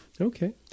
Okay